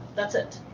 that's it.